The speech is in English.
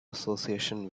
association